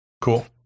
Cool